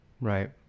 Right